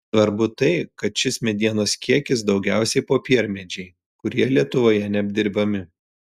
svarbu tai kad šis medienos kiekis daugiausiai popiermedžiai kurie lietuvoje neapdirbami